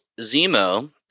Zemo